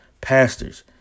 pastors